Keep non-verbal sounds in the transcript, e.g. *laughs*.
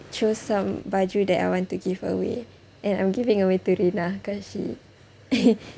chose some baju that I want to give away and I'm giving away to rina cause she *laughs*